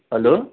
hello